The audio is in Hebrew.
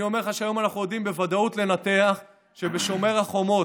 אני אומר לך שהיום אנחנו יודעים בוודאות לנתח שבשומר החומות